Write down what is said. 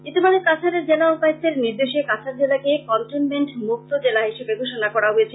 ইতিমধ্যে কাছাড়ের জেলা উপায়ুক্ত নির্দেশে কাছাড় জেলাকে কনটেনমেন্ট মুক্ত জেলা হিসেবে ঘোষনা করা হয়েছে